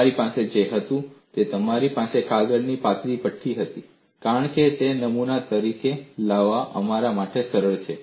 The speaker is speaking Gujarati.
તમારી પાસે જે હતું તે તમારી પાસે કાગળની પાતળી પટ્ટી હતી કારણ કે તેને નમૂના તરીકે લાવવું અમારા માટે સરળ છે